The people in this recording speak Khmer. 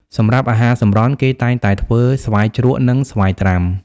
សម្រាប់អាហារសម្រន់ គេតែងតែធ្វើ ស្វាយជ្រក់ និង ស្វាយត្រាំ។